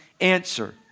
answer